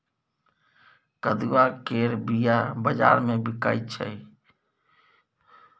कदुआ केर बीया बजार मे बिकाइ छै